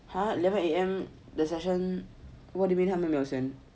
!huh! eleven A_M the session what do you mean 他们没有 send